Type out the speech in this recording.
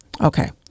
Okay